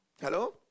Hello